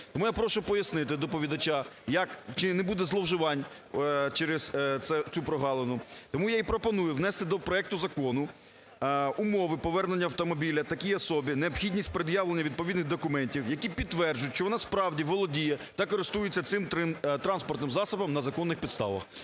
Тому я прошу пояснити доповідача, як… чи не буде зловживань через цю прогалину. Тому я й пропоную внести до проекту закону умови повернення автомобіля такій особі - необхідність пред'явлення відповідних документів, які підтверджують, що вона, справді, володіє та користується цим транспортним засобом на законних підставах.